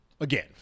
Again